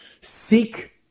seek